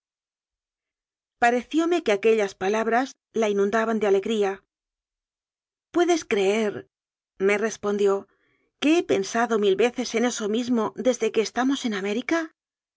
parecióme que aquellas palabras la inundaban de alegría puedes creerme respondióque he pensado mil veces en eso mismo desde que esta mos en américa